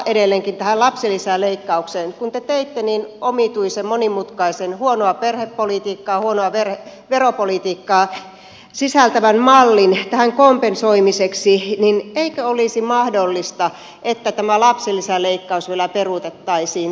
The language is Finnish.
kun te teitte niin omituisen monimutkaisen huonoa perhepolitiikkaa ja huonoa veropolitiikkaa sisältävän mallin tämän kompensoimiseksi niin eikö olisi mahdollista että tämä lapsilisäleikkaus vielä peruutettaisiin